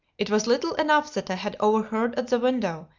it was little enough that i had overheard at the window,